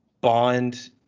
Bond